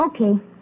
Okay